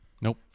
Nope